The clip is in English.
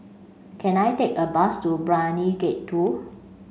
can I take a bus to Brani Gate two